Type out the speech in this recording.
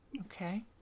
Okay